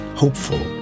hopeful